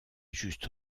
juste